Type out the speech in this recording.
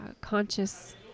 conscious